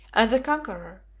and the conqueror,